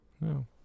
No